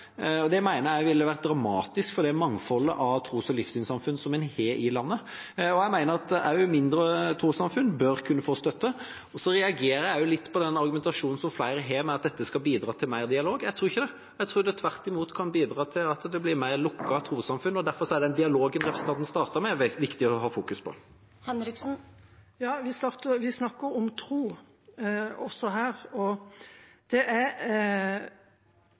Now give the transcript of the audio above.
Det mener jeg ville vært dramatisk for det mangfoldet av tros- og livssynsamfunn som man har i landet. Jeg mener at også mindre trossamfunn bør kunne få støtte. Så reagerer jeg også litt på den argumentasjonen som flere har, om at dette skal bidra til mer dialog. Jeg tror ikke det. Jeg tror det tvert imot kan bidra til at det blir mer lukkede trossamfunn. Derfor er den dialogen representanten startet med, viktig å fokusere på. Vi snakker om tro også her. Statsråden sier at 649 samfunn ville mistet støtte, og